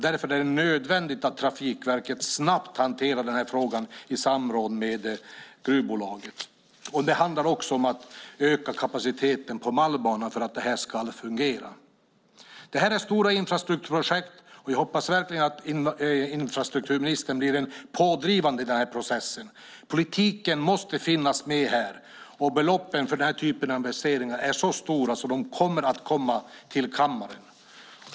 Därför är det nödvändigt att Trafikverket snabbt hanterar den här frågan i samråd med gruvbolaget. Det handlar också om att öka kapaciteten på Malmbanan för att det här ska fungera. Det här är stora infrastrukturprojekt. Jag hoppas verkligen att infrastrukturministern blir pådrivande i den här processen. Politiken måste finnas med här. Beloppen för den här typen av investeringar är så stora att de kommer att komma till kammaren.